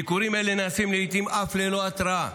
ביקורים אלה נעשים לעיתים אף ללא התראה,